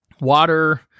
water